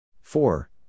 Four